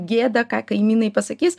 gėda ką kaimynai pasakys